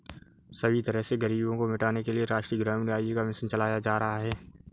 सभी तरह से गरीबी को मिटाने के लिये राष्ट्रीय ग्रामीण आजीविका मिशन चलाया जा रहा है